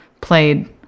played